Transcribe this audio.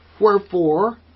Wherefore